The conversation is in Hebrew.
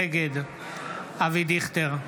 נגד אבי דיכטר,